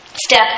Step